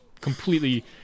completely